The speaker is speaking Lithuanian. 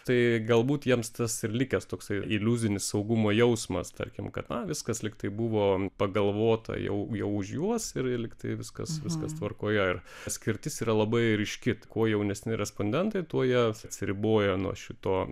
tai galbūt jiems tas ir likęs toksai iliuzinis saugumo jausmas tarkim kad na viskas lyg tai buvo pagalvota jau jau už juos ir lygtai viskas viskas tvarkoje ir atskirtis yra labai ryški kuo jaunesni respondentai tuo jie atsiriboja nuo šito